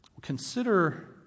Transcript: Consider